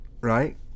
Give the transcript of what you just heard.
right